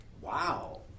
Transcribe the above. wow